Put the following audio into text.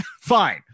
fine